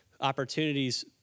opportunities